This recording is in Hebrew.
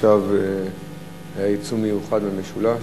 עכשיו היה ייצוא מיוחד מהמשולש.